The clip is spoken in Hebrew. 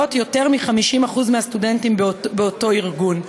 יותר מ-50% מהסטודנטים באותו ארגון.